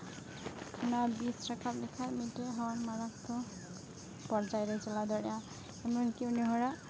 ᱚᱱᱟ ᱵᱤᱥ ᱨᱟᱠᱟᱵ ᱞᱮᱠᱷᱟᱡ ᱢᱤᱫᱴᱮᱱ ᱦᱚᱲ ᱢᱟᱨᱟᱛᱛᱚᱠ ᱯᱚᱨᱡᱟᱭ ᱨᱮᱭ ᱪᱟᱞᱟᱣ ᱫᱟᱲᱮᱭᱟᱜᱼᱟ ᱮᱢᱚᱱ ᱠᱤ ᱩᱱᱤ ᱦᱚᱲᱟᱜ